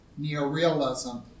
neorealism